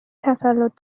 تسلط